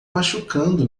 machucando